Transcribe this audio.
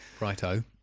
righto